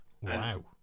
Wow